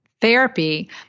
therapy